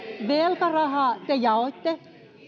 velkarahaa te jaoitte